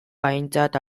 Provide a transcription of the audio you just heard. aintzat